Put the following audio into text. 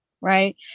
right